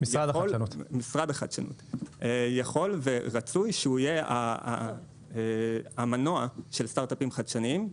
יכול ורצוי שהוא יהיה המנוע של סטארט-אפים חדשניים,